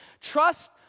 Trust